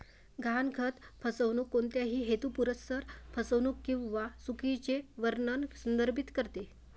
गहाणखत फसवणूक कोणत्याही हेतुपुरस्सर फसवणूक किंवा चुकीचे वर्णन संदर्भित करते